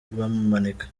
bamumanika